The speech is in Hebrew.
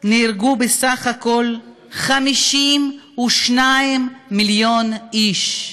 נהרגו בסך הכול 52 מיליון איש,